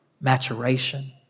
maturation